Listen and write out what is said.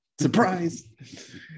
Surprise